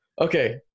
Okay